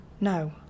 No